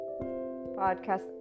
podcast